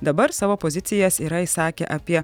dabar savo pozicijas yra išsakę apie